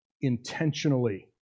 intentionally